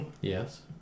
Yes